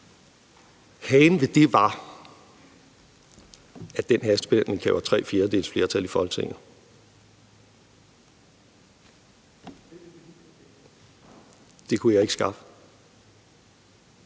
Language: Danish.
Hagen ved det var, at den hastebehandling kræver tre fjerdedeles flertal i Folketinget. Det kunne jeg ikke skaffe.